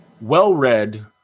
well-read